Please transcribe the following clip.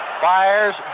fires